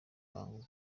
bwangu